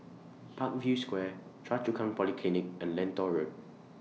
Parkview Square Choa Chu Kang Polyclinic and Lentor Road